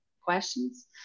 questions